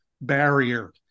barrier